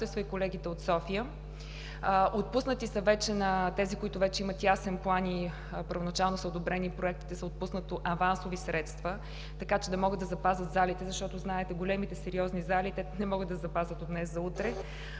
и колегите от София. На тези, които имат вече ясен план и първоначално са одобрени проектите, са отпуснати авансово средства, така че да могат да запазят залите, защото знаете, че големите, сериозни зали не могат да се запазят от днес за утре.